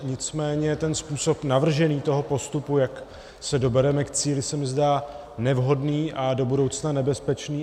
Nicméně způsob navržení toho postupu, jak se dobereme k cíli, se mi zdá nevhodný a do budoucna nebezpečný.